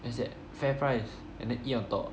is at FairPrice and then eat on top